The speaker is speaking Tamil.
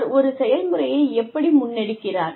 அவர் ஒரு செயல்முறையை எப்படி முன்னெடுக்கிறார்